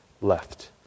left